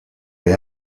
che